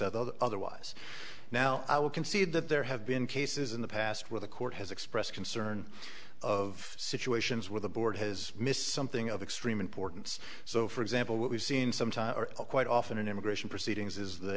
said the otherwise now i would concede that there have been cases in the past where the court has expressed concern of situations where the board has missed something of extreme importance so for example we've seen some time quite often in immigration proceedings is the